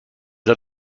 der